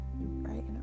right